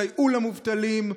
סייעו למובטלים,